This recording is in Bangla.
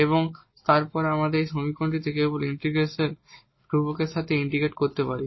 এবং তারপর আমরা এই সমীকরণটিকে কেবল ইন্টিগ্রেশনের ধ্রুবকের সাথে ইন্টিগ্রেট করতে পারি